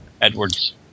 Edwards